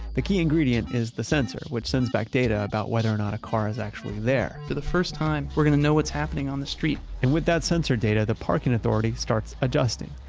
the key ingredient is the sensor, which sends back data about whether or not a car is there for the first time, we're going to know what's happening on the street and with that sensor data, the parking authority starts adjusting.